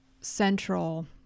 central